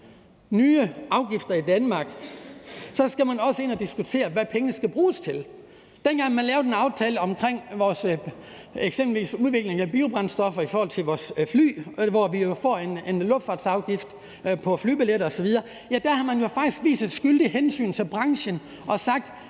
nye afgifter i Danmark, skal man også diskutere, hvad pengene skal bruges til. Dengang man lavede en aftale om udviklingen af biobrændstof til fly, hvor vi jo fik en luftfartsafgift på flybilletter osv., viste man jo faktisk et skyldigt hensyn til branchen og sagde,